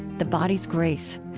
the body's grace.